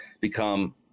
become